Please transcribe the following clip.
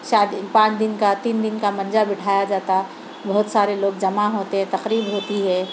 شادی پانچ دن کا تین دن کا منجا بٹھایا جاتا بہت سارے لوگ جمع ہوتے تقریب ہوتی ہے